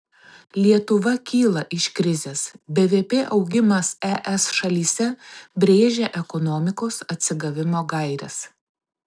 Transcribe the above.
lietuva kyla iš krizės bvp augimas es šalyse brėžia ekonomikos atsigavimo gaires